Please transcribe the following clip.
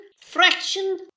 fraction